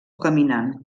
caminant